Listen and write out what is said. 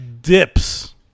dips